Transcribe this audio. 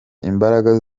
imbaraga